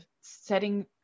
setting